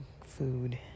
food